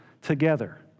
together